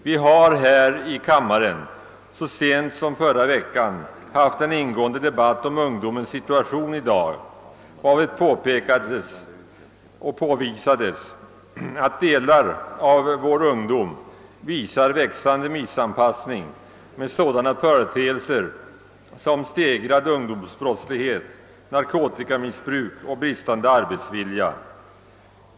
Vi hade i denna kammare så sent som i förra veckan en ingående debatt om ungdomens situation varvid framkom att många ungdomar visar växande missanpassning i samhället resulterande i stegrad ungdomsbrottslighet, narkotikamissbruk och brist på arbetsvilja.